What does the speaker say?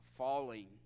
falling